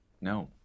no